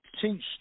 teach